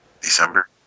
December